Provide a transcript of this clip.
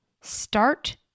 start